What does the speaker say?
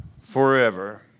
forever